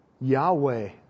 Yahweh